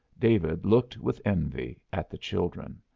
david looked with envy at the children.